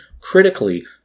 critically